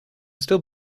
still